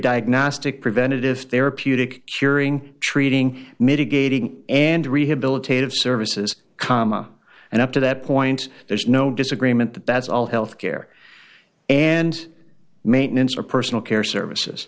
diagnostic preventative therapeutic curing treating mitigating and rehabilitative services comma and up to that point there's no disagreement that that's all health care and maintenance for personal care services